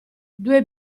due